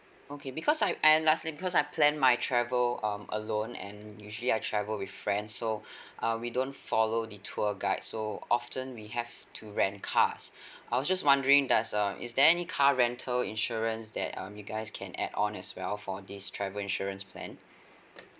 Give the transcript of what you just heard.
okay because I I last year because I plan my travel um alone and usually I travel with friends so uh we don't follow the tour guide so often we have to rent cars I'll just wondering does uh is there any car rental insurance that um you guys can add on as well for this travel insurance plan